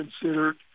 considered